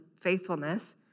faithfulness